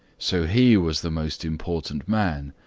so he was the most important man,